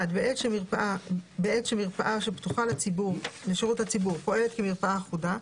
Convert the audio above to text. בעת שמרפאה לשירות הציבור פועלת כמרפאה אחודה,